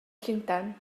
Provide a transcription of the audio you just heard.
llundain